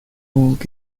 org